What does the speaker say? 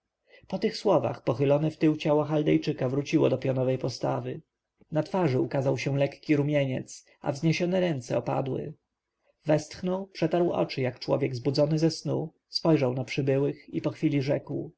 po tych słowach pochylone wtył ciało chaldejczyka wróciło do pionowej postawy na twarzy ukazał się lekki rumieniec a wzniesione ręce opadły westchnął przetarł oczy jak człowiek zbudzony ze snu spojrzał na przybyłych i po chwili rzekł